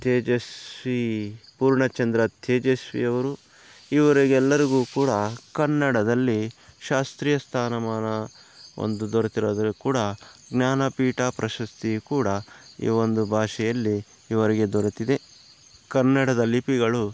ತೇಜಸ್ವಿ ಪೂರ್ಣಚಂದ್ರ ತೇಜಸ್ವಿಯವರು ಇವರಿಗೆಲ್ಲರಿಗೂ ಕೂಡ ಕನ್ನಡದಲ್ಲಿ ಶಾಸ್ತ್ರೀಯ ಸ್ಥಾನಮಾನ ಒಂದು ದೊರೆತಿರೋದು ಕೂಡ ಜ್ಞಾನಪೀಠ ಪ್ರಶಸ್ತಿ ಕೂಡ ಈವೊಂದು ಭಾಷೆಯಲ್ಲಿ ಇವರಿಗೆ ದೊರೆತಿದೆ ಕನ್ನಡದ ಲಿಪಿಗಳು